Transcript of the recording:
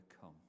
come